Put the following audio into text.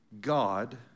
God